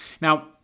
Now